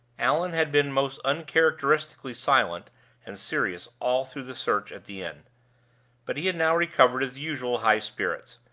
allan had been most uncharacteristically silent and serious all through the search at the inn but he had now recovered his usual high spirits.